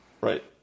Right